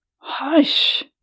Hush